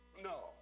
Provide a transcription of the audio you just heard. No